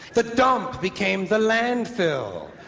but dump became the landfill.